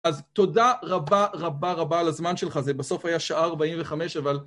אז תודה רבה רבה רבה על הזמן שלך, זה בסוף היה שעה 45, אבל...